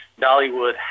Dollywood